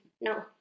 no